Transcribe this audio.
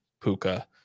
puka